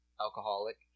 alcoholic